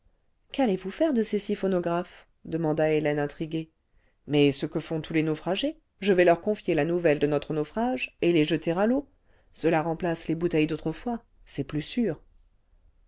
qu'allez-vous faire de ces six phonographes demanda hélène intriguée i l mais ce quejfont tous lès naufragés je vais leur confier la nouvelle de notre naufrage et les jeter à l'eau cela remplace les bouteilles d'autrefois c'est plus sûr